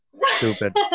Stupid